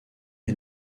est